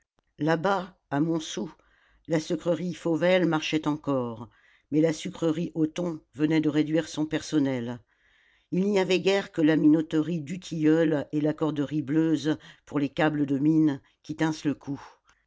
là-bas à montsou la sucrerie fauvelle marchait encore mais la sucrerie hoton venait de réduire son personnel il n'y avait guère que la minoterie dutilleul et la corderie bleuze pour les câbles de mine qui tinssent le coup